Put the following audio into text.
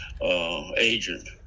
agent